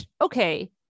okay